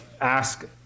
ask